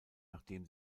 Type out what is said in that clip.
nachdem